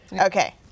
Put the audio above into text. Okay